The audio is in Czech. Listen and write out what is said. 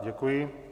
Děkuji.